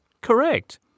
Correct